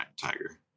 tiger